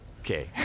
Okay